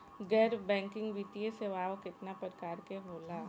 गैर बैंकिंग वित्तीय सेवाओं केतना प्रकार के होला?